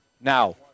Now